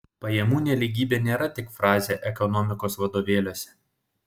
pajamų nelygybė nėra tik frazė ekonomikos vadovėliuose